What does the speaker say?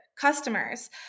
customers